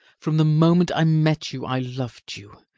from the moment i met you i loved you,